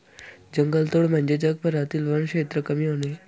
जंगलतोड म्हणजे जगभरातील वनक्षेत्र कमी होणे